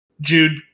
Jude